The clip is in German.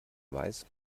weiß